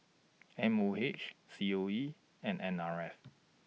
M O H C O E and N R F